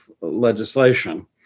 legislation